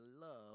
love